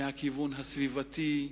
מהכיוון הסביבתי,